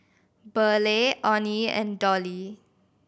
Burleigh Onie and Dollie